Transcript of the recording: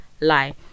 lie